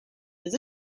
does